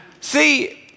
See